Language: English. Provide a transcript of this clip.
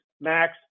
max